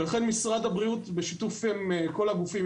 לכן משרד הבריאות בשיתוף עם כל הגופים,